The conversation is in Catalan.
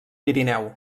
pirineu